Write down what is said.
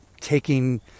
taking